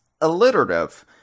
alliterative